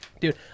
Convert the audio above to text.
Dude